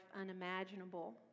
unimaginable